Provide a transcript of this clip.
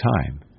time